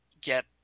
get